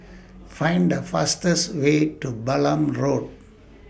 Find The fastest Way to Balam Road